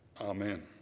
amen